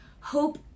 hope